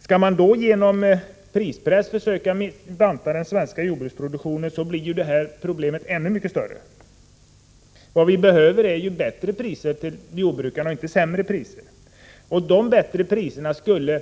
Skall vi då genom prispress försöka banta ner den svenska jordbruksproduktionen, blir problemet ännu mycket större. Vad vi behöver är bättre priser till jordbrukarna, inte sämre priser. De bättre priserna skulle